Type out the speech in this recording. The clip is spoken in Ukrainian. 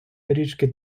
річки